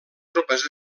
tropes